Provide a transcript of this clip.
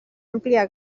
àmplia